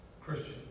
Christian